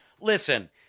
Listen